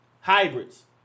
hybrids